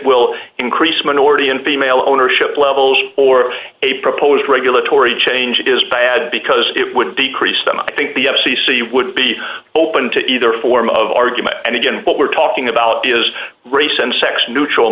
will increase minority and female ownership levels or a proposed regulatory change is bad because it would decrease then i think the f c c would be open to either form of argument and again what we're talking about is race and sex neutral